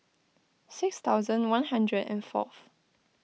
six thousand one hundred and fourth